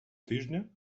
тижня